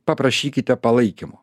paprašykite palaikymo